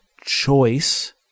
choice